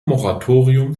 moratorium